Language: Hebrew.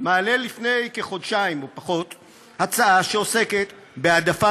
מעלה לפני כחודשיים הצעה שעוסקת בהעדפה